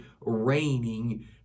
raining